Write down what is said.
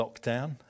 lockdown